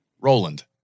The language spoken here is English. Roland